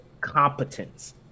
competence